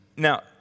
Now